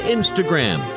Instagram